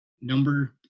number